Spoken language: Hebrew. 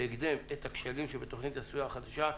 בהקדם את הכשלים שבתוכנית הסיוע החדשה,